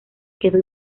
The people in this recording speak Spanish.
quedó